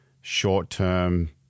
short-term